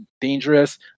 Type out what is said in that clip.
dangerous